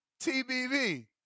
TBV